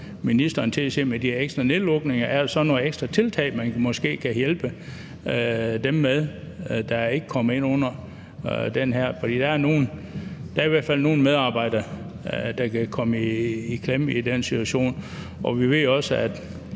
ministeren til at se på, om der med de her ekstra nedlukninger er nogle ekstra tiltag, man måske kan have taget for at hjælpe dem, der ikke kommer ind under den her ordning. For der er i hvert fald nogle medarbejdere, der kan komme i klemme i den situation. Vi ved også, at